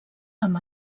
amb